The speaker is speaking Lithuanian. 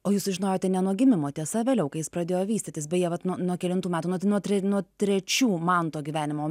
o jūs sužinojote ne nuo gimimo tiesa vėliau kai jis pradėjo vystytis beje vat nuo nuo kelintų metų martino nuo tre nuo trečių manto gyvenimo